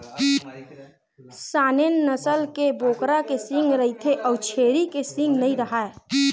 Saanen नसल के बोकरा के सींग रहिथे अउ छेरी के सींग नइ राहय